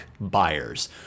buyers